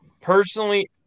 Personally